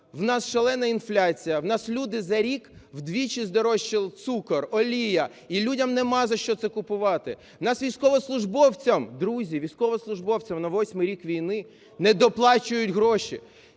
в нас шалена інфляція, в нас люди… За рік вдвічі здорожчали цукор, олія і людям нема за що це купувати. У нас військовослужбовцям, друзі, військовослужбовцям на восьмий рік війни, не доплачують гроші